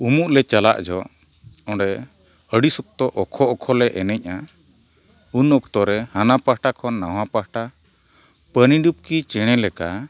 ᱩᱢᱩᱜ ᱞᱮ ᱪᱟᱞᱟᱜ ᱡᱚᱦᱚᱜ ᱚᱸᱰᱮ ᱟᱹᱰᱤ ᱥᱚᱠᱛᱚ ᱚᱠᱷᱚ ᱚᱠᱷᱚᱞᱮ ᱮᱱᱮᱡᱼᱟ ᱩᱱ ᱚᱠᱛᱚ ᱨᱮ ᱦᱟᱱᱟ ᱯᱟᱦᱴᱟ ᱠᱷᱚᱱ ᱱᱚᱣᱟ ᱯᱟᱦᱴᱟ ᱯᱟᱹᱱᱤᱰᱩᱯ ᱠᱤ ᱪᱮᱬᱮ ᱞᱮᱠᱟ